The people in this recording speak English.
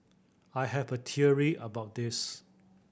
I have a theory about this